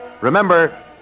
Remember